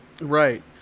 right